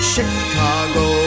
Chicago